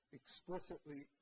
explicitly